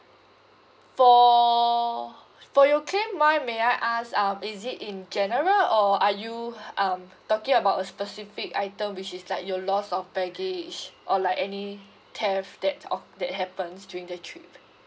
for for your claim wise may I ask um is it in general or are you um talking about a specific item which is like your loss of baggage or like any theft that oh happens during the trip